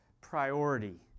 priority